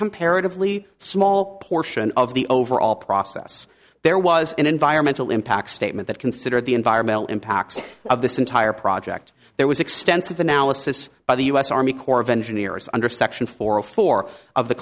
comparatively small portion of the overall process there was an environmental impact statement that considered the environmental impacts of this entire project there was extensive analysis by the us army corps of engineers under section four of four of the